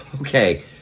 Okay